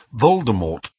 Voldemort